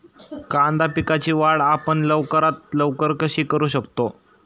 कांदा पिकाची वाढ आपण लवकरात लवकर कशी करू शकतो?